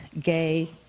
gay